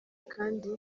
kandi